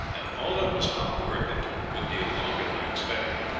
and although it was hot work and took a good deal longer than i expected,